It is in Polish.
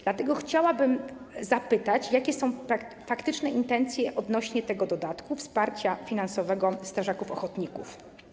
Dlatego chciałabym zapytać, jakie są faktyczne intencje odnośnie do tego dodatku, wsparcia finansowego strażaków ochotników.